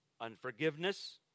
unforgiveness